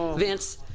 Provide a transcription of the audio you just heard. vince,